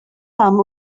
pam